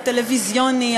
הטלוויזיוני,